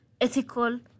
ethical